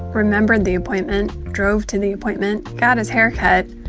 remembered the appointment, drove to the appointment, got his hair cut,